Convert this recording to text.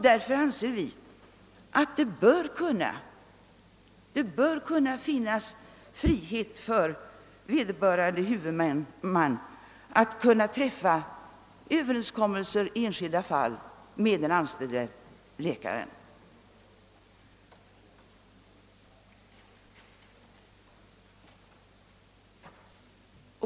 Därför anser vi att det bör kunna finnas frihet för vederbörande huvudman att träffa överenskommelse i enskilda fall med den anställde läkaren.